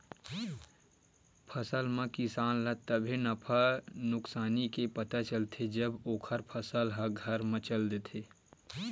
फसल म किसान ल तभे नफा नुकसानी के पता चलथे जब ओखर फसल ह घर म चल देथे